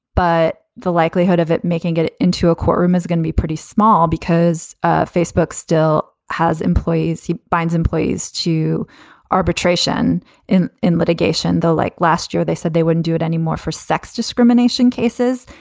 but the likelihood of it making it it into a courtroom is going to be pretty small because ah facebook still has employees who binds employees to arbitration in in litigation, though, like last year, they said they wouldn't do it anymore for sex discrimination cases.